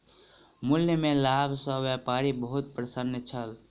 मूल्य में लाभ सॅ व्यापारी बहुत प्रसन्न छल